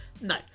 No